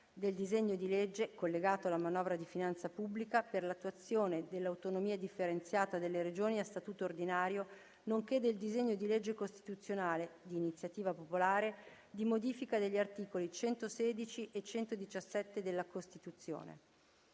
del disegno di legge, collegato alla manovra di finanza pubblica, per l’attuazione dell’autonomia differenziata delle Regioni a statuto ordinario nonché del disegno di legge costituzionale, di iniziativa popolare, di modifica degli articoli 116 e 117 della Costituzione.